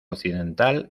occidental